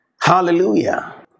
Hallelujah